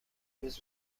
روز